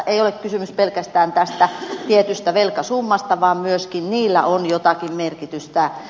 ei ole kysymys pelkästään tästä tietystä velkasummasta vaan myöskin niillä on jotakin merkitystä